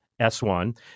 s1